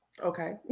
okay